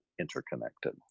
interconnected